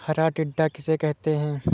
हरा टिड्डा किसे कहते हैं?